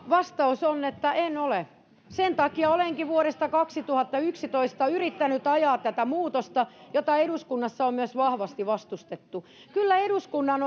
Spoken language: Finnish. vastaus on että en ole sen takia olenkin vuodesta kaksituhattayksitoista yrittänyt ajaa tätä muutosta jota eduskunnassa on myös vahvasti vastustettu kyllä eduskunnan